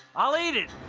i'll eat it!